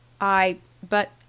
I—but—